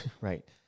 right